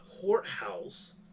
courthouse